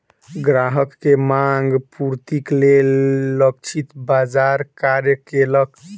ग्राहक के मांग पूर्तिक लेल लक्षित बाजार कार्य केलक